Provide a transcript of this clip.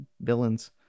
villains